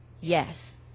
Yes